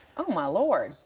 oh my lord.